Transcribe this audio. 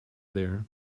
there